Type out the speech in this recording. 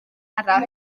arall